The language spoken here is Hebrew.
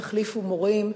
תחליפו מורים.